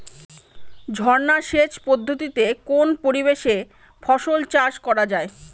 ঝর্না সেচ পদ্ধতিতে কোন পরিবেশে ফসল চাষ করা যায়?